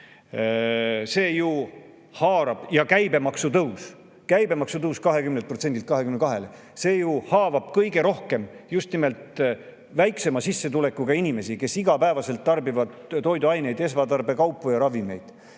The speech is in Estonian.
heaks kiitnud? Käibemaksu tõus – käibemaksu tõus 20%‑lt 22%‑le. See ju haavab kõige rohkem just nimelt väiksema sissetulekuga inimesi, kes igapäevaselt tarbivad toiduaineid, esmatarbekaupu ja ravimeid